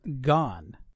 gone